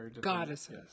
Goddesses